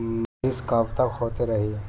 बरिस कबतक होते रही?